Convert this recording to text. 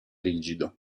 rigido